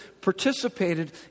participated